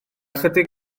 ychydig